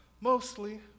mostly